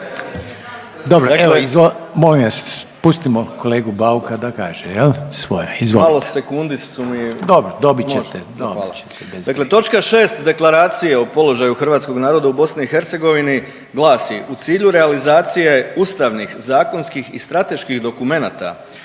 Dobro molim vas pustimo kolegu Bauka da kaže svoje./… Malo sekundi su mi. …/Upadica Reiner: Dobro, dobit ćete. Dobit ćete. Hvala. Dakle, točka 6. Deklaracije o položaju hrvatskog naroda u BiH glasi: „U cilju realizacije ustavnih, zakonskih i strateških dokumenata,